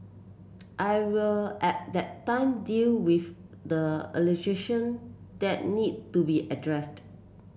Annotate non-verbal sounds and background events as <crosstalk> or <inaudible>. I will at that time deal with the <unintelligible> that need to be addressed